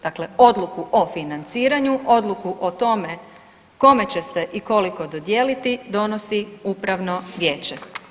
Dakle, odluku o financiranju, odluku o tome kome će se i koliko dodijeliti donosi upravno vijeće.